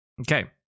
Okay